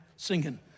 Singing